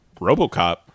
RoboCop